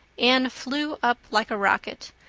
anne flew up like a rocket.